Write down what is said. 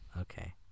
okay